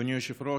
אדוני היושב-ראש,